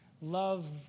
Love